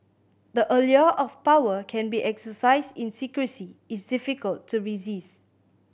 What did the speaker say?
the allure of power can be exercised in secrecy is difficult to resist